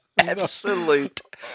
Absolute